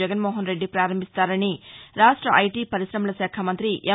జగన్మోహన్ రెడ్డి పారంభిస్తారని రాష్ట ఐటీ పర్కారమల శాఖ మంత్రి ఎమ్